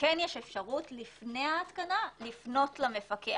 שכן יש אפשרות לפני ההתקנה לפנות למפקח.